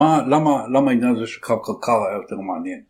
למה, למה איזה זה שקרקע קרא יותר מעניין?